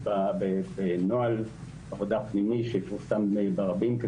גם בנוהל עבודה פנימי שיפורסם ברבים,